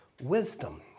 wisdom